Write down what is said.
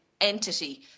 entity